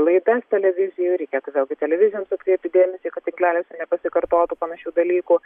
laidas televizijų reikėtų vėlgi televizijoms atkreipi dėmesį kad tinkleliuose nepasikartotų panašių dalykų